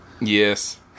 Yes